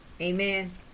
amen